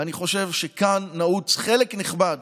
ואני חושב שכאן נעוץ חלק נכבד